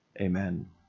Amen